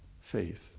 Faith